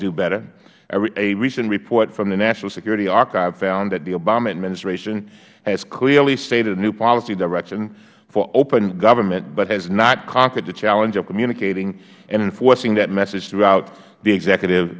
do better a recent report from the national security archive found that the obama administration has clearly stated a new policy direction for open government but has not conquered the challenge of communicating and enforcing that message throughout the executive